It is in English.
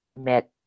met